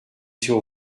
sur